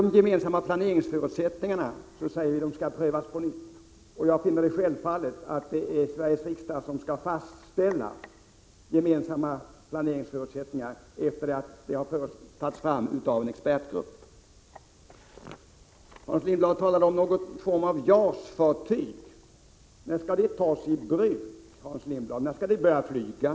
De gemensamma planeringsförutsättningarna anser vi skall prövas på nytt. Jag finner det självklart att det är Sveriges riksdag som skall fastställa de gemensamma planeringsförutsättningarna efter det att dessa har tagits fram av en expertgrupp. Hans Lindblad talade om någon form av JAS-fartyg. När skall det tas i bruk? När skall det börja flyga?